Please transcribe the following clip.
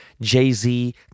Jay-Z